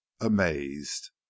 amazed